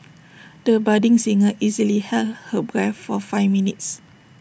the budding singer easily held her breath for five minutes